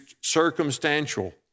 circumstantial